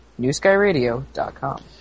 NewSkyRadio.com